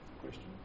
question